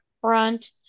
front